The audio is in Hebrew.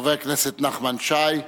חבר הכנסת נחמן שי,